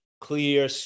clear